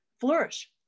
flourish